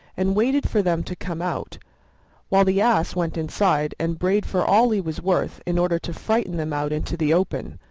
and waited for them to come out while the ass went inside and brayed for all he was worth in order to frighten them out into the open.